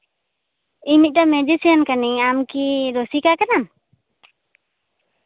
ᱤᱧ ᱢᱤᱫᱴᱟᱱ ᱢᱤᱣᱡᱤᱥᱤᱭᱟᱱ ᱠᱟᱹᱱᱟᱹᱧ ᱟᱢ ᱠᱤ ᱨᱩᱞᱤᱠᱟ ᱠᱟᱱᱟᱢ